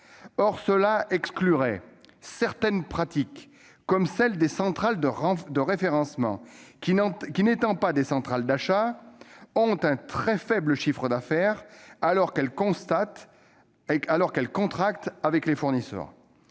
prévue exclurait certaines pratiques. Je pense notamment aux centrales de référencement, qui, n'étant pas des centrales d'achat, ont un très faible chiffre d'affaires alors qu'elles contractent avec les fournisseurs.